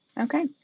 Okay